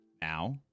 now